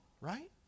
right